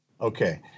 okay